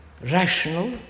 rational